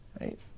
Right